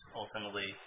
ultimately